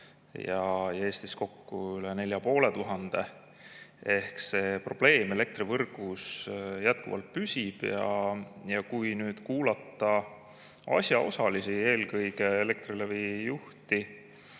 ja Eestis kokku üle 4500. Ehk see probleem elektrivõrgus jätkuvalt püsib. Kui kuulata asjaosalisi, eelkõige Elektrilevi juhti